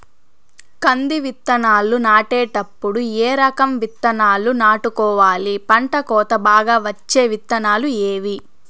కంది విత్తనాలు నాటేటప్పుడు ఏ రకం విత్తనాలు నాటుకోవాలి, పంట కోత బాగా వచ్చే విత్తనాలు ఏవీ?